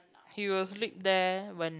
he will sleep there when